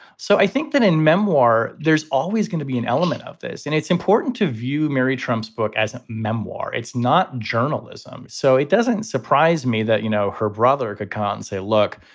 so i think that in memoir, there's always going to be an element of this. and it's important to view mary trump's book as a memoir. it's not journalism. so it doesn't surprise me that, you know, her brother can say, look,